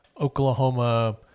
oklahoma